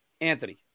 Anthony